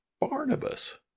Barnabas